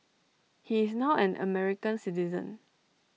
he is now an American citizen